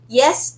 yes